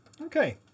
Okay